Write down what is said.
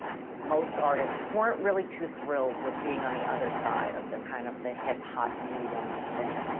most artists weren't really too thrilled with being on the other side of the kind of the hip hot new young thing.